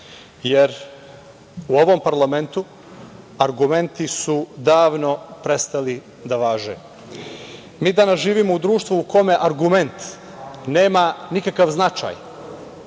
jer u ovom parlamentu argumenti su davno prestali da važe. Mi danas živimo u društvu u kome argument nema nikakav značaj